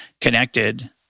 connected